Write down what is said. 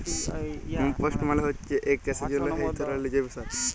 compost মালে হচ্যে এক চাষের জন্হে ধরলের জৈব সার